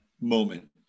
moment